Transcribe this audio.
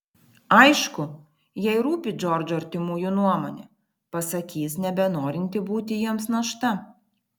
aišku jai rūpi džordžo artimųjų nuomonė pasakys nebenorinti būti jiems našta